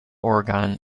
oregon